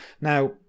Now